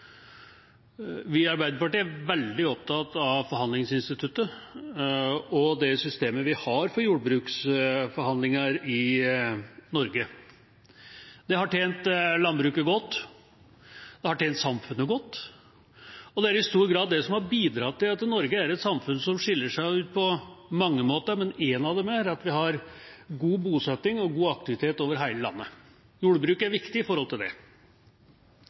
Vi i Arbeiderpartiet er veldig opptatt av forhandlingsinstituttet og det systemet vi har for jordbruksforhandlinger i Norge. Det har tjent landbruket godt, det har tjent samfunnet godt, og det er i stor grad det som har bidratt til at Norge er et samfunn som skiller seg ut på mange måter. En av dem er at vi har god bosetting og god aktivitet over hele landet. Jordbruket er viktig med hensyn til det.